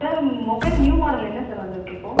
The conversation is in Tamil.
சார் மொபைல் நியூ மாடல் என்ன சார் வந்துருக்கு இப்போ